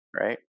right